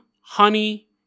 honey